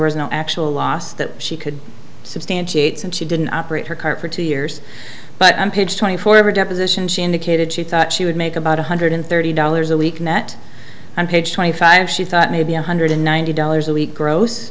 was no actual loss that she could substantiates and she didn't operate her car for two years but i'm page twenty four ever deposition she indicated she thought she would make about one hundred thirty dollars a week net on page twenty five she thought maybe one hundred ninety dollars a week gross